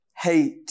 hate